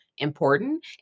important